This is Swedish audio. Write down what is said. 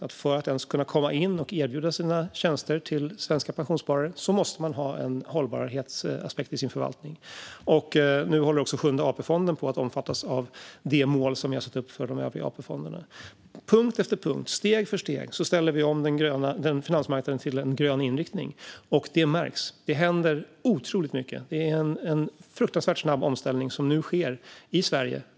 För att man ens ska kunna komma in i systemet och få erbjuda sina tjänster till svenska pensionssparare måste man ha en hållbarhetsaspekt i sin förvaltning. Nu håller också Sjunde AP-fonden på att omfattas av det mål som vi har satt upp för de övriga AP-fonderna. På punkt efter punkt, steg för steg, ställer vi om finansmarknaden till en grön inriktning. Och det märks. Det händer otroligt mycket. Det är en fruktansvärt snabb omställning som nu sker i Sverige.